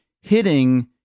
hitting